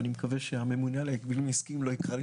ואני מקווה שהממונה על ההגבלים העסקיים לא יקרא לי